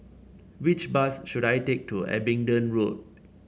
which bus should I take to Abingdon Road